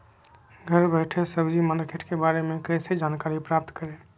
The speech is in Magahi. घर बैठे सब्जी मार्केट के बारे में कैसे जानकारी प्राप्त करें?